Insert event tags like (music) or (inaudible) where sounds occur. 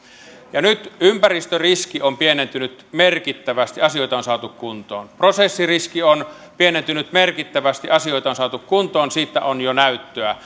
nyt ympäristöriski on pienentynyt merkittävästi asioita on saatu kuntoon prosessiriski on pienentynyt merkittävästi asioita on saatu kuntoon siitä on jo näyttöä (unintelligible)